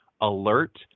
alert